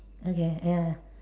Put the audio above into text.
okay ya